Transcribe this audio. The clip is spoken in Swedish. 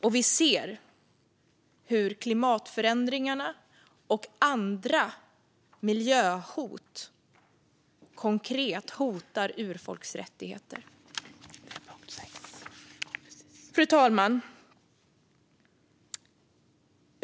Och vi ser hur klimatförändringarna och andra miljöhot konkret hotar urfolks rättigheter. Fru talman!